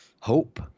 hope